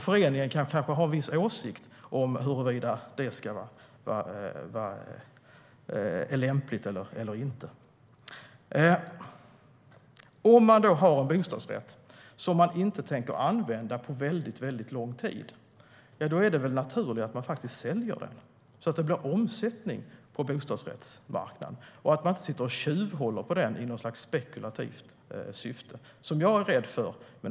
Föreningen kan kanske ha en viss åsikt om huruvida det ska vara lämpligt eller inte. Om man har en bostadsrätt som man inte tänker använda på väldigt lång tid, då är det väl naturligt att man säljer den så att det blir omsättning på bostadsmarknaden. Man ska inte sitta och tjuvhålla på den i något slags spekulativt syfte.